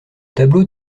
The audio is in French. tableau